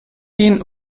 den